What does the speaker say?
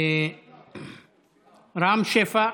רם שפע.